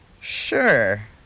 Sure